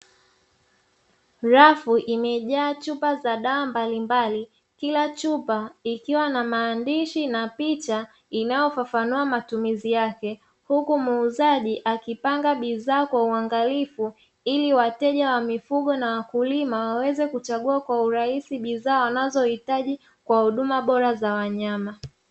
Rafu imejaa chupa za dawa mbalimbali, kila chupa ikiwa na maandishi na picha inayofafanua matumizi yake huku muuzaji akipanga bidhaa kwa uangalifu ili wateja wa mifugo na wakulima weweze kuchagua kwa urahisi bidhaa wanazohitaji kwa huduma bora za wanyama.